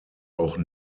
auch